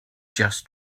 just